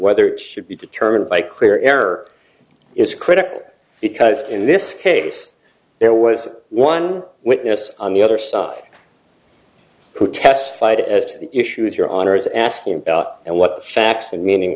whether it should be determined by clear error is critical because in this case there was one witness on the other side of who testified as to the issues your honor is asking about and what the facts and meaning